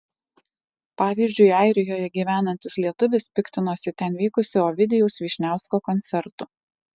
pavyzdžiui airijoje gyvenantis lietuvis piktinosi ten vykusiu ovidijaus vyšniausko koncertu